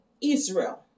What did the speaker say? Israel